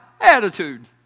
attitude